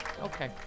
Okay